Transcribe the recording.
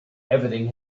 everything